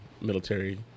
military